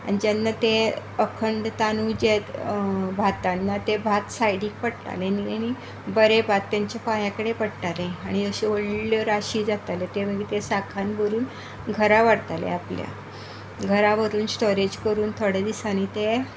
आनी जेन्ना ते अखंड तादुंळ जे भातान ना ते भात सायडीक पडटाले आनी बरे भात तेंचे पायां कडेन पडटालें आनी अश्यो व्हडल्यो राशी जाताल्यो आनी ते मागीर तें साकान भरून घरां व्हरताले आपल्या घरां व्हरून स्टोरेज करून थोडे दिसांनी तें